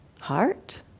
Heart